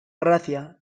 gracia